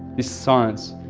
this science